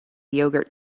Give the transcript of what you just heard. yogurt